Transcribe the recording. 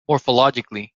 morphologically